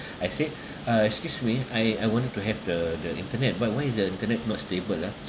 I said uh excuse me I I wanted to have the the internet but why is the internet not stable ah